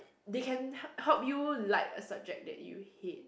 they can h~ help you like a subject that you hate